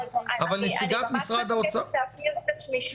אבל נציגת משרד האוצר --- אני ממש מבקשת להבהיר את עצמי שוב.